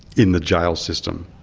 in the jail system.